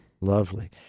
Lovely